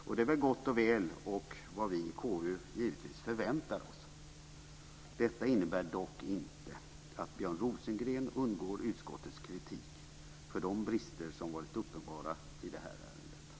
Det är väl gott och väl och vad vi i KU givetvis förväntar oss. Detta innebär dock inte att Björn Rosengren undgår utskottets kritik för de brister som har varit uppenbara i det här ärendet.